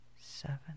seven